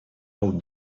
how